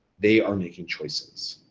they are making choices.